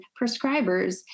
prescribers